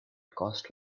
cost